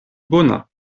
bona